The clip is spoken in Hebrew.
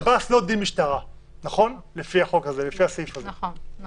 דין שב"ס לא כדין משטרה לפי הסעיף הזה, נכון?